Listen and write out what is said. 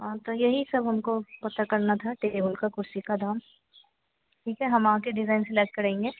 हाँ तो यही सब हमको पता करना था टेबल का कुर्सी का दाम ठीक है हम आकर डिज़ाइन सेलेक्ट करेंगे